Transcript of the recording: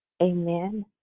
Amen